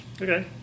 Okay